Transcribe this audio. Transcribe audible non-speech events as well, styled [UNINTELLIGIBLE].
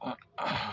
[UNINTELLIGIBLE]